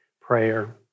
prayer